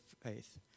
faith